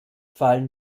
fallen